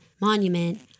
Monument